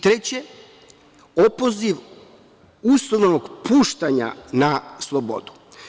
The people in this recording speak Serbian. Treće, opoziv uslovnog puštanja na slobodu.